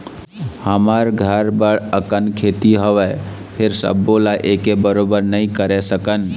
हमर घर बड़ अकन खेती हवय, फेर सबो ल एके बरोबर नइ करे सकन